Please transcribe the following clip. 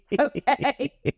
Okay